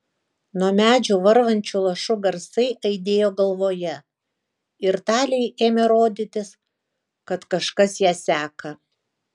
nuo medžių varvančių lašų garsai aidėjo galvoje ir talei ėmė rodytis kad kažkas ją seka